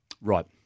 Right